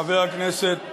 חבר הכנסת